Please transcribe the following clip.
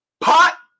pot